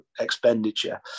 expenditure